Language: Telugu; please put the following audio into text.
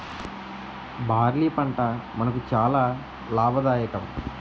బార్లీ పంట మనకు చాలా లాభదాయకం